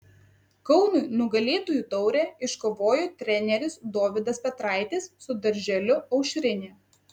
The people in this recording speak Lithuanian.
kaunui nugalėtojų taurę iškovojo treneris dovydas petraitis su darželiu aušrinė